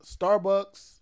Starbucks